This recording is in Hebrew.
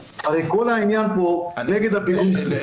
הרי כל העניין פה נגד פיגום זקפים.